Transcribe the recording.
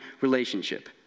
relationship